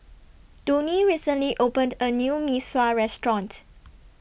Donie recently opened A New Mee Sua Restaurant